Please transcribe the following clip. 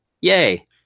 yay